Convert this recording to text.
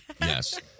Yes